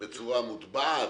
בצורה מוטבעת?